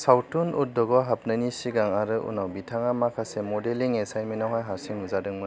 सावथुन उद्योगआव हाबनायनि सिगां आरो उनाव बिथाङा माखासे मडेलिं एसाइनमेन्टआव हारसिं नुजादोंमोन